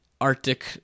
Arctic